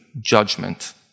judgment